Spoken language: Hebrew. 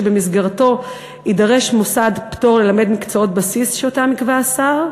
שבמסגרתו יידרש מוסד פטור ללמד מקצועות בסיס שאותם יקבע השר,